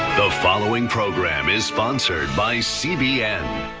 the following program is sponsored by cbn.